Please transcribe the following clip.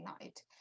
night